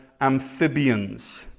amphibians